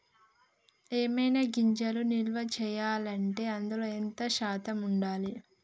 ఏవైనా గింజలు నిల్వ చేయాలంటే అందులో ఎంత శాతం ఉండాలి?